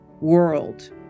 world